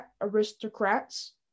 Aristocrats